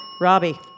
Robbie